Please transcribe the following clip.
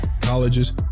colleges